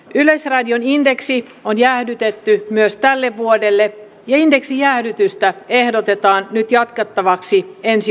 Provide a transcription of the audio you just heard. yleisradion indeksi on jäädytetty myös tälle vuodelle ja indeksijäädytystä ehdotetaan nyt jatkettavaksi ensi vuodelle